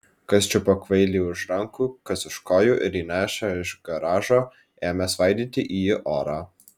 kas čiupo kvailį už rankų kas už kojų ir išnešę iš garažo ėmė svaidyti jį į orą